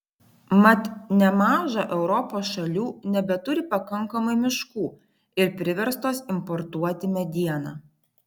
mat nemaža europos šalių nebeturi pakankamai miškų ir priverstos importuoti medieną